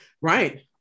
Right